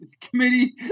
committee